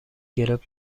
گرفت